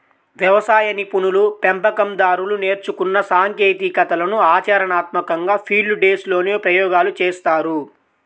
వ్యవసాయ నిపుణులు, పెంపకం దారులు నేర్చుకున్న సాంకేతికతలను ఆచరణాత్మకంగా ఫీల్డ్ డేస్ లోనే ప్రయోగాలు చేస్తారు